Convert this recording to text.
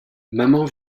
maman